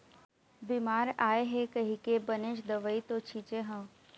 बिमारी आय हे कहिके बनेच दवई तो छिचे हव